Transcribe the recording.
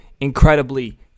incredibly